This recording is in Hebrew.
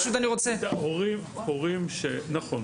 נכון.